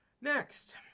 Next